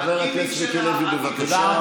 חבר הכנסת מיקי לוי, בבקשה.